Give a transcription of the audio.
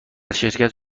شرکت